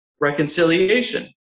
reconciliation